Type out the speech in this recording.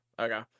okay